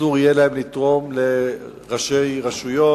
אסור יהיה להם לתרום לראשי רשויות